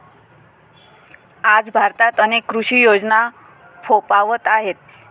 आज भारतात अनेक कृषी योजना फोफावत आहेत